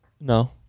No